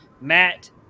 Matt